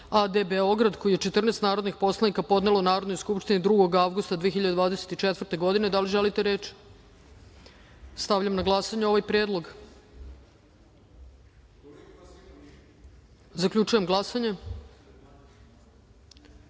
AD Beograd koji je 14 narodnih poslanika podnelo Narodnoj skupštini 2. avgusta 2024. godine. Da li želite reč? Stavljam na glasanje ovaj predlog. Zaključujem glasanje: